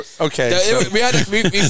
Okay